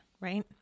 right